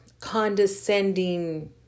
condescending